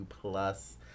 plus